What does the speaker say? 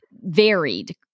varied